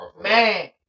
Man